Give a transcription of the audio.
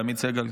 לעמית סגל,